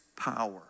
power